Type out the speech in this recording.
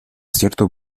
cierto